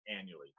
annually